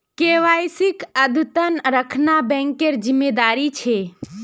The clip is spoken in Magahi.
केवाईसीक अद्यतन रखना बैंकेर जिम्मेदारी छे